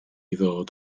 ddod